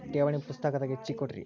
ಠೇವಣಿ ಪುಸ್ತಕದಾಗ ಹಚ್ಚಿ ಕೊಡ್ರಿ